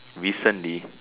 recently